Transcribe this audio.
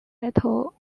title